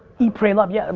eat, pray, love, yeah, um